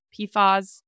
PFAS